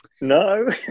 No